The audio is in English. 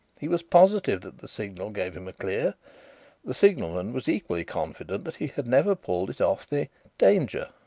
he was positive that the signal gave him a clear the signalman was equally confident that he had never pulled it off the danger.